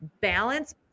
balance